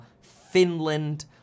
Finland